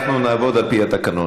אנחנו נעבוד על פי התקנון.